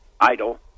idle